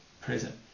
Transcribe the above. present